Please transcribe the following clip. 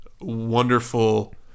wonderful